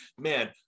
man